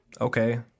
okay